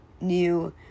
New